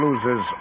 Loses